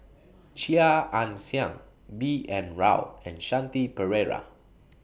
Chia Ann Siang B N Rao and Shanti Pereira